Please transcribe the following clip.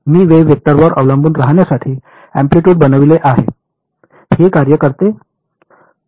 मी wave वेक्टरवर अवलंबून राहण्यासाठी अँप्लिटयूड बनविले आहे हे कार्य करते